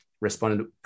responded